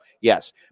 Yes